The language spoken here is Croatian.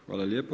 Hvala lijepo.